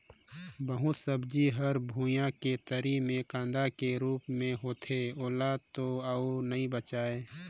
बहुत सब्जी हर भुइयां के तरी मे कांदा के रूप मे होथे ओला तो अउ नइ बचायें